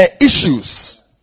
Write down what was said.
issues